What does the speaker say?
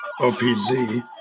OPZ